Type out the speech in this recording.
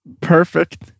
Perfect